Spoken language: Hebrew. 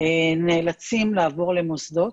- נאלצים לעבור מוסדות,